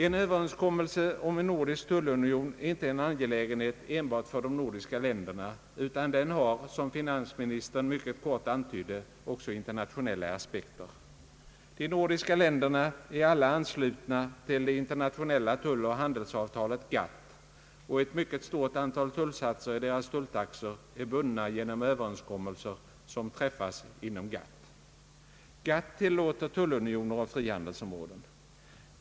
En överenskommelse om en nordisk tullunion är inte en angelägenhet enbart för de nordiska länderna, utan den har — som finansministern mycket kort antydde — också internationella aspekter. De nordiska länderna är alla anslutna till det internationella tulloch handelsavtalet, GATT, och ett mycket stort antal tullsatser i deras tulltaxor är bundna genom Ööverenskommelser som träffats inom GATT. GATT tillåter tullunioner och frihandelsområden.